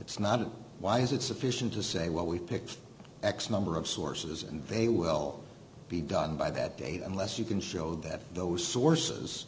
it's not a wise it's sufficient to say what we picked x number of sources and they will be done by that date unless you can show that those sources